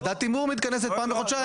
וועדת תמרור מתכנסת פעם בחודשיים.